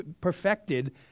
perfected